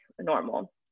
normal